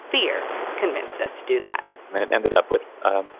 fear convinced us to do that and it ended up with um